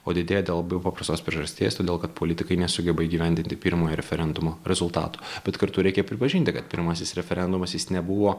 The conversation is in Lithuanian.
o didėja dėl paprastos priežasties todėl kad politikai nesugeba įgyvendinti pirmojo referendumo rezultatų bet kartu reikia pripažinti kad pirmasis referendumas jis nebuvo